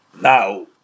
now